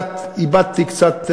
איבדתי קצת,